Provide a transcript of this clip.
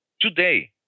today